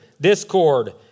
discord